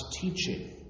teaching